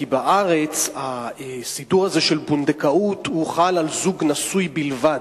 כי בארץ הסידור הזה של פונדקאות חל על זוג נשוי בלבד.